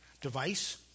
device